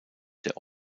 der